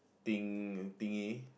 thing thingy